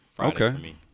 Okay